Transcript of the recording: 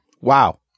Wow